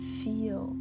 feel